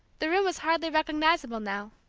the room was hardly recognizable now.